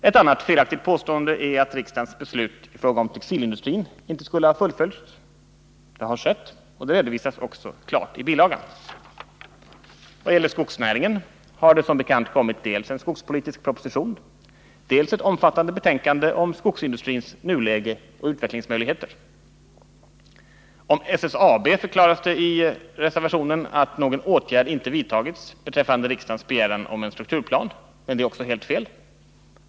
Ett annat felaktigt påstående är att riksdagens beslut i fråga om textilindustrin inte skulle ha fullföljts. Det har skett, och det redovisas också klart i bilagan. Vad gäller skogsnäringen har det som bekant kommit dels en skogspolitisk proposition, dels ett omfattande betänkande om skogsindustrins nuläge och utvecklingsmöjligheter. I fråga om SSAB förklaras det i reservationen att någon åtgärd inte vidtagits beträffande riksdagens begäran om en strukturplan, men det är också helt fel.